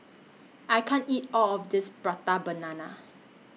I can't eat All of This Prata Banana